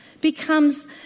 becomes